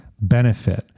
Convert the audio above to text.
Benefit